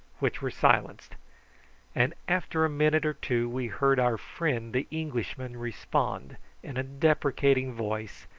which were silenced and after a minute or two, we heard our friend the englishman respond in a deprecating voice,